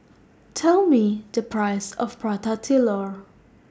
Tell Me The Price of Prata Telur